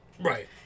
Right